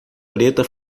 preta